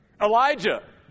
Elijah